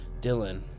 Dylan